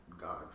God